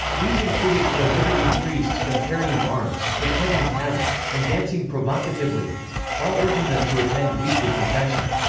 these included prohibiting priests from carrying arms, frequenting taverns, and dancing provocatively while urging them to attend weekly confession.